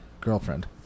girlfriend